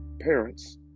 parents